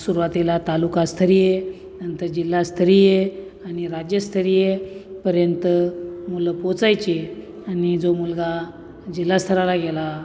सुरवातीला तालुकास्तरीय नंतर जिल्हास्तरीय आणि राज्यस्तरीयपर्यंत मुलं पोचायचे आणि जो मुलगा जिल्हा स्तराला गेला